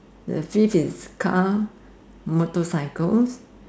the fifth is car motorcycles